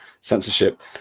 censorship